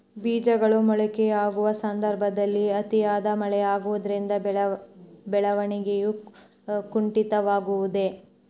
ಬೇಜಗಳು ಮೊಳಕೆಯೊಡೆಯುವ ಸಂದರ್ಭದಲ್ಲಿ ಅತಿಯಾದ ಮಳೆ ಆಗುವುದರಿಂದ ಬೆಳವಣಿಗೆಯು ಕುಂಠಿತವಾಗುವುದೆ?